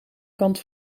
kant